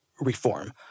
reform